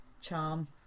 charm